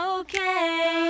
okay